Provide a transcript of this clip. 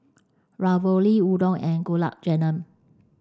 Ravioli Udon and Gulab Jamun